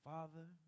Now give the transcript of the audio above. Father